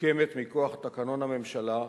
מוקמת מכוח תקנון הממשלה,